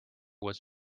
was